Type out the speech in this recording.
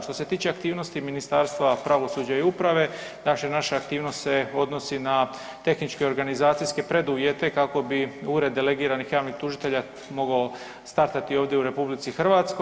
Što se tiče aktivnosti Ministarstva pravosuđa i uprave, da se naše aktivnost se odnosi na tehničke i organizacijske preduvjete kako bi Ured delegiranih javnih tužitelja mogao startati ovdje u RH.